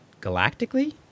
galactically